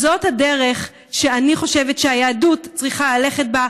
זאת הדרך שאני חושבת שהיהדות צריכה ללכת בה.